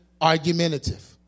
argumentative